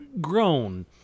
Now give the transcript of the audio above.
grown